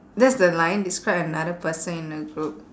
that's the line describe another person in a group